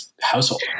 household